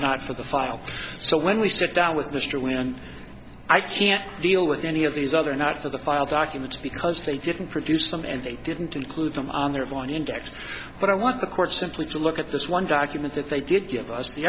not for the file so when we sit down with mr wind i can't deal with any of these other not for the file documents because they didn't produce them and they didn't include them on their one index but i want the court simply to look at this one document that they did give us the